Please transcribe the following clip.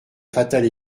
fatale